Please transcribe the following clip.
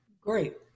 Great